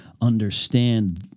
understand